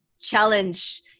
challenge